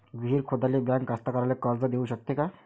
विहीर खोदाले बँक कास्तकाराइले कर्ज देऊ शकते का?